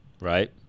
Right